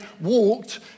walked